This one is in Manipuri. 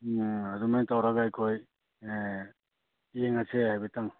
ꯑꯗꯨꯃꯥꯏ ꯇꯧꯔꯒ ꯑꯩꯈꯣꯏ ꯌꯦꯡꯉꯁꯦ ꯍꯥꯏꯐꯦꯠꯇꯪ